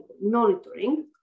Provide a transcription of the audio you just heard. monitoring